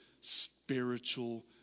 spiritual